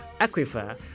Aquifer